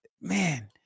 man